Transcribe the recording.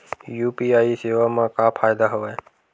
UPI सेवा मा का फ़ायदा हवे?